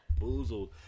boozled